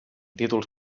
títols